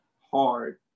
hard